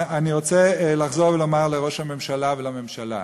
אני רוצה לחזור ולומר לראש הממשלה ולממשלה: